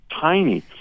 tiny